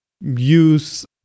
use